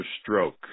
Stroke